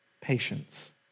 patience